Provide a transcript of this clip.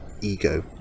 ego